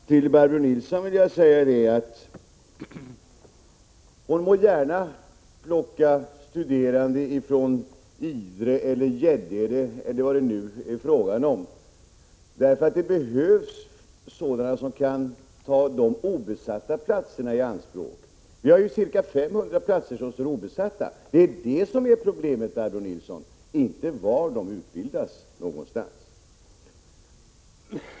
Herr talman! Till Barbro Nilsson vill jag säga att hon må gärna plocka studerande från Idre, Gäddede eller vad det är fråga om för orter, för det behövs sådana som kan ta de obesatta platserna i anspråk. Det finns ju ca 500 platser som står obesatta. Det är det som är problemet, Barbro Nilsson, inte var läkarna utbildas någonstans.